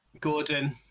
Gordon